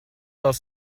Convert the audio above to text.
dels